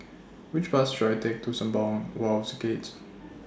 Which Bus should I Take to Sembawang Wharves Gates